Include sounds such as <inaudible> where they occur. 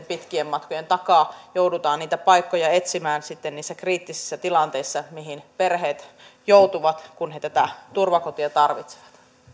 <unintelligible> pitkien matkojen takaa joudutaan paikkoja etsimään niissä kriittisissä tilanteissa mihin perheet joutuvat kun he turvakotia tarvitsevat